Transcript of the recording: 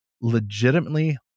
legitimately